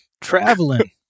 traveling